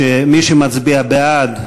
שמי שמצביע בעד,